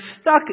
stuck